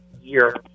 year